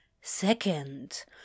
Second